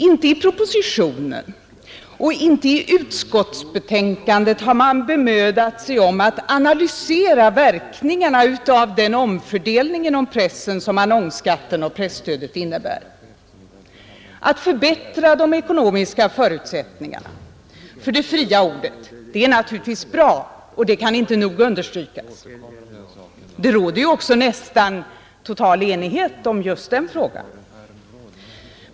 Inte i propositionen och inte i utskottsbetänkandet har man bemödat sig om att analysera verkningarna av den omfördelning inom pressen som annonsskatten och presstödet innebär. Att förbättra de ekonomiska förutsättningarna för det fria ordet är naturligtvis bra — det kan inte nog understrykas. Det råder ju också nästan total enighet om just den frågan.